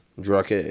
Drake